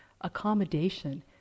accommodation